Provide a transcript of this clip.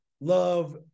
love